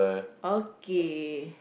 okay